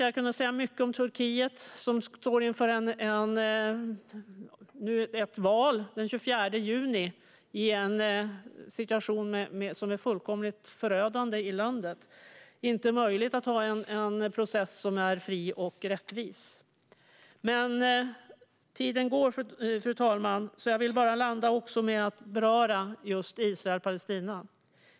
Jag hade kunnat säga mycket om Turkiet, som står inför ett val den 24 juni i en situation som är fullkomligt förödande. Det är inte möjligt att ha en process som är fri och rättvis. Men tiden går, fru talman, så jag vill bara landa med att beröra Israel-Palestina.